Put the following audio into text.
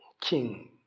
king